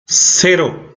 cero